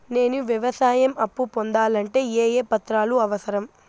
నేను వ్యవసాయం అప్పు పొందాలంటే ఏ ఏ పత్రాలు అవసరం?